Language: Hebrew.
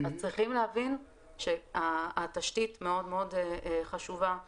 צריכים להבין שהתשתית מאוד מאוד חשובה,